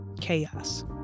chaos